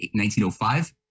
1905